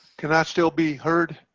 can i still be heard?